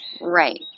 Right